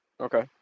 Okay